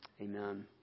Amen